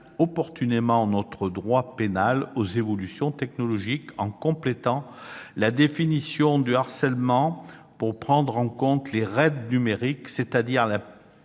opportunément notre droit pénal aux évolutions technologiques, en complétant la définition du harcèlement pour prendre en compte les « raids numériques », c'est-à-dire la